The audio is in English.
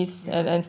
ya